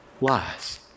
lies